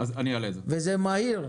וזה מהיר,